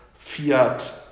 Fiat